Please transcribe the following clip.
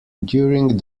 during